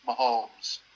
Mahomes